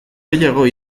gehiago